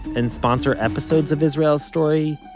and sponsor episodes of israel story,